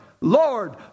Lord